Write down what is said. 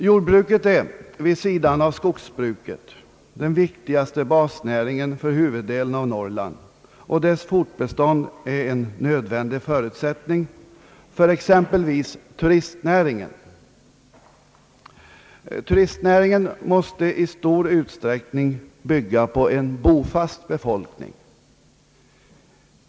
Jordbruket är vid sidan av skogsbruket den viktigaste basnäringen för huvuddelen av Norrland, och dess fortbestånd är en nödvändig förutsättning för exempelvis turistnäringen. Turistnäringen måste i stor utsträckning bygga på en bofast befolkning.